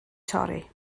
torri